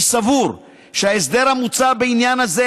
אני סבור שההסדר המוצע בעניין הזה,